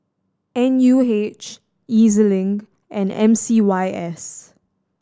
N U H E Z Link and M C Y S